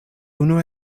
unu